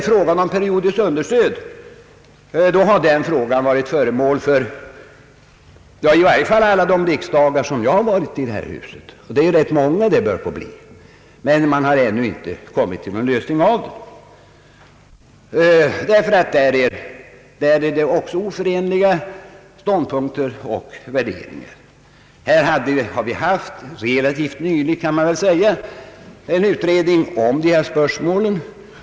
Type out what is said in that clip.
Frågan om periodiskt understöd har varit aktuell i varje fall under nästan alla de riksdagar som jag har varit här i huset — och de börjar bli rätt många nu — men man har inte kommit till någon lösning av den, ty även här förekommer oförenliga ståndpunkter och värderingar. Relativt nyligen gjordes en utredning om dessa spörsmål.